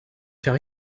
fait